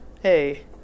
Hey